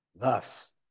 thus